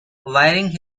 wiring